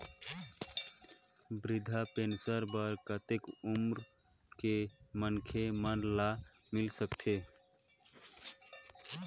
वृद्धा पेंशन बर कतेक उम्र के मनखे मन ल मिल सकथे?